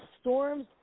storms